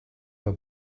were